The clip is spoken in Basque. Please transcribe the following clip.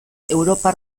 europar